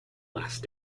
last